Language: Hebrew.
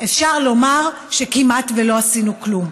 אפשר לומר שכמעט שלא עשינו כלום.